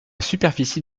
superficie